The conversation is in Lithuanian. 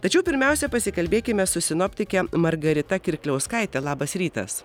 tačiau pirmiausia pasikalbėkime su sinoptike margarita kirkliauskaite labas rytas